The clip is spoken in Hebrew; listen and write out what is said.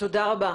תודה רבה.